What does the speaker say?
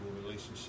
relationship